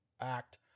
act